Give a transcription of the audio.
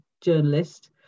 journalist